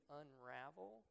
unravel